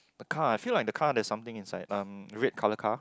the car I feel like the car there's something inside um red colour car